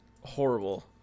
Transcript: horrible